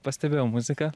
pastebėjau muziką